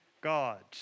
gods